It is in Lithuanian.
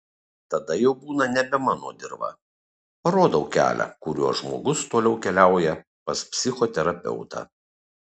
tada jau būna nebe mano dirva parodau kelią kuriuo žmogus toliau keliauja pas psichoterapeutą